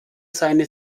seine